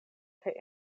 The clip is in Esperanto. kaj